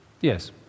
Yes